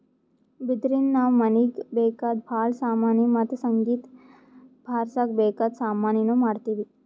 ಬಿದಿರಿನ್ದ ನಾವ್ ಮನೀಗ್ ಬೇಕಾದ್ ಭಾಳ್ ಸಾಮಾನಿ ಮತ್ತ್ ಸಂಗೀತ್ ಬಾರ್ಸಕ್ ಬೇಕಾದ್ ಸಾಮಾನಿನೂ ಮಾಡ್ತೀವಿ